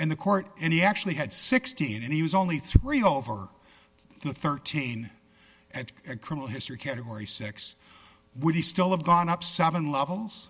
and the court and he actually had sixteen and he was only three over thirteen at criminal history category six would he still have gone up seven levels